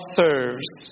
serves